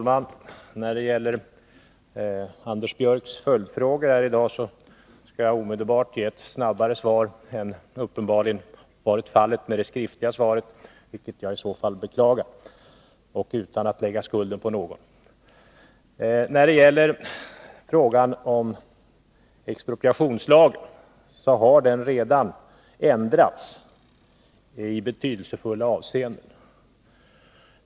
Herr talman! På Anders Björcks följdfråga skall jag omedelbart ge ett snabbare svar än vad som uppenbarligen varit fallet med det skriftliga svaret, vilket jag beklagar utan att lägga skulden på någon. När det gäller frågan om expropriationslagen vill jag säga att den redan har ändrats i betydelsefulla avseenden.